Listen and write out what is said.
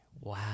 Wow